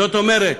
זאת אומרת,